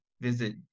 visit